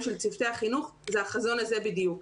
של צוותי החינוך זה החזון הזה בדיוק,